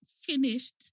Finished